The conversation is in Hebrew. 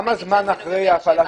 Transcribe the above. כמה זמן אחרי ההפעלה?